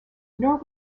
nor